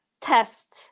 test